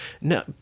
no